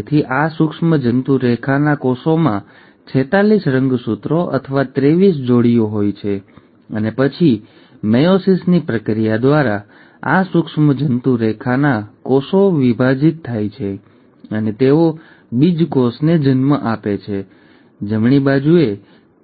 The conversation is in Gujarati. તેથી આ સૂક્ષ્મજંતુ રેખાના કોષોમાં ૪૬ રંગસૂત્રો અથવા ત્રેવીસ જોડીઓ હોય છે અને પછી મેયોસિસની પ્રક્રિયા દ્વારા આ સૂક્ષ્મજંતુ રેખાના કોષો વિભાજિત થાય છે અને તેઓ બીજકોષને જન્મ આપે છે જમણી બાજુએ